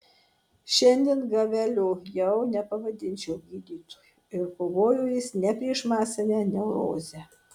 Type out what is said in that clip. šiandien gavelio jau nevadinčiau gydytoju ir kovojo jis ne prieš masinę neurozę